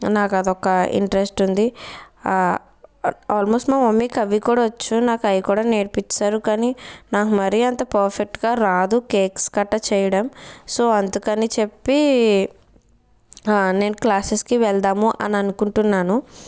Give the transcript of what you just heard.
నాకు అదొక ఇంట్రెస్ట్ ఉంది ఆల్మోస్ట్ మా మమ్మీకి అవి కూడా వచ్చు నాకు అవి కూడా నేర్పించేసారు కానీ నాకు మరీ అంత పర్ఫెక్ట్గా రాదు కేక్స్ కట్టా చేయటం సో అందుకని చెప్పి నేను క్లాసెస్కి వెళ్దాము అననుకుంటున్నాను